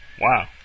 Wow